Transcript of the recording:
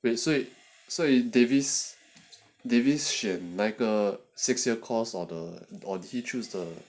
所以 davis davis 选哪一个 six year cost or the did he choose the